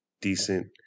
decent